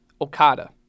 Okada